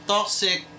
toxic